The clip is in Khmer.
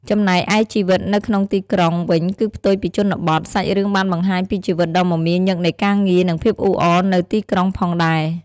ចំណែកឯជីវិតនៅក្នុងទីក្រុងវិញគឺផ្ទុយពីជនបទ សាច់រឿងបានបង្ហាញពីជីវិតដ៏មមាញឹកនៃការងារ និងភាពអ៊ូអរនៅទីក្រុងផងដែរ ។